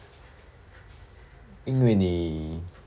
应为你